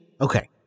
okay